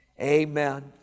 amen